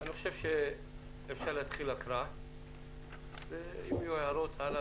אני חושב שאפשר להתחיל עם הקראה ואם יהיו הערות הלאה,